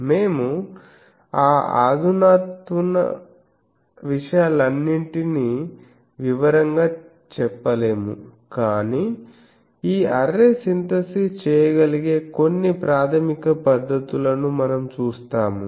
మేము ఆ అధునాతన విషయాలన్నింటినీ వివరంగా చెప్పలేము కానీ ఈ అర్రే సింథసిస్ చేయగలిగే కొన్ని ప్రాథమిక పద్ధతులను మనం చూస్తాము